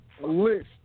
list